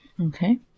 Okay